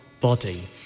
body